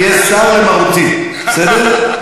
אדוני, תהיה סר למרותי, בסדר?